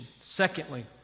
Secondly